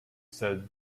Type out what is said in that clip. said